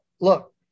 look